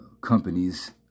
companies